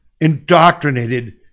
indoctrinated